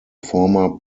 former